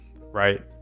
right